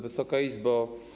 Wysoka Izbo!